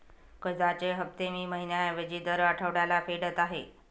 कर्जाचे हफ्ते मी महिन्या ऐवजी दर आठवड्याला फेडत आहे